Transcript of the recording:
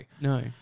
No